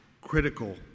critical